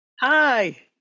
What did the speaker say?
Hi